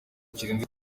kirenze